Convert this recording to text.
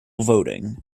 voting